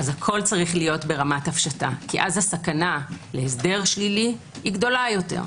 הכול צריך להיות ברמת הפשטה כי אז הסכנה להסדר שלילי היא גדולה יותר.